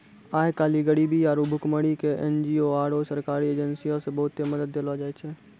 आइ काल्हि गरीबी आरु भुखमरी के एन.जी.ओ आरु सरकारी एजेंसीयो से बहुते मदत देलो जाय छै